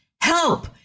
help